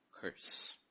curse